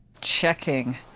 checking